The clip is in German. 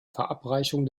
verabreichung